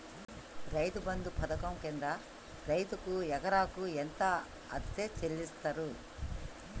రైతు బంధు పథకం కింద రైతుకు ఎకరాకు ఎంత అత్తే చెల్లిస్తరు?